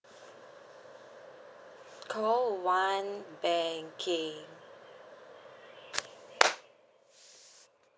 call one banking